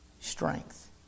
strength